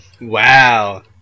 Wow